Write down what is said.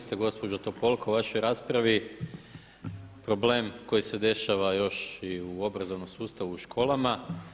ste gospođo Topolko u vašoj raspravi problem koji se dešava još i u obrazovnom sustavu u školama.